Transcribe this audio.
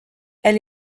elle